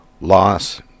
loss